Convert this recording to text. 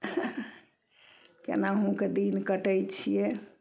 केनाहुके दिन कटय छियै